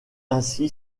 ainsi